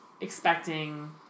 expecting